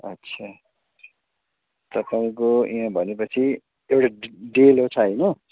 अच्छा तपाईँको भनेपछि एउटा डेलो छ होइन